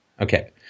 Okay